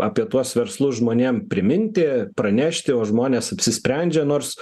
apie tuos verslus žmonėm priminti pranešti o žmonės apsisprendžia nors